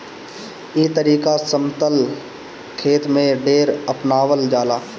ई तरीका समतल खेत में ढेर अपनावल जाला